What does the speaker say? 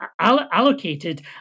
allocated